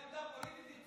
עמדה פוליטית.